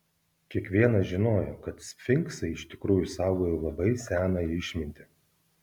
kiekvienas žinojo kad sfinksai iš tikrųjų saugojo labai seną išmintį